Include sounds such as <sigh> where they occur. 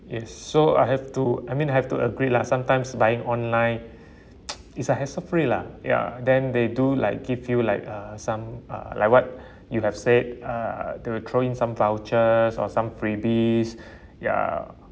yes so I have to I mean I have to agree lah sometimes buying online <noise> is uh hassle free lah ya then they do like give you like uh some uh like what <breath> you have said uh they will throw in some vouchers or some freebies <breath> ya